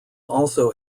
also